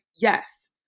yes